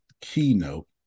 keynote